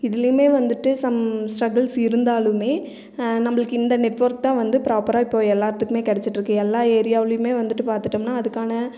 இதுலேயுமே வந்துட்டு some struggles இருந்தாலுமே நம்மளுக்கு இந்த நெட்ஒர்க்தான் வந்து ப்ராப்பராக இப்போது எல்லாத்துக்குமே கிடச்சிட்ருக்கு எல்லா ஏரியாவுலியுமே வந்துட்டு பார்த்துட்டம்னா அதுக்கான